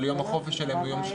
אבל יום החופש שלהם ביום שלישי.